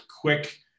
quick